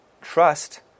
trust